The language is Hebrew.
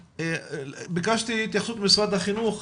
ביקשתי התייחסות ממשרד החינוך.